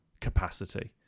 capacity